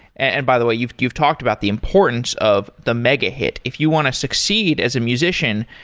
and by the way, you've you've talked about the importance of the mega hit. if you want to succeed as a musician,